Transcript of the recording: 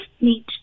need